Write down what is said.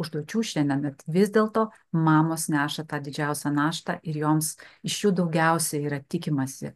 užduočių šiandien bet vis dėlto mamos neša tą didžiausią naštą ir joms iš jų daugiausiai yra tikimasi